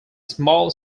small